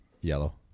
Yellow